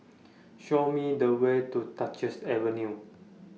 Show Me The Way to Duchess Avenue